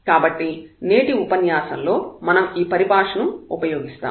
కాబట్టి నేటి ఉపన్యాసంలో మనం ఈ పరిభాషను ఉపయోగిస్తాము